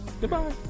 Goodbye